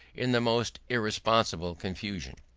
in the most irresponsible confusion.